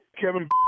Kevin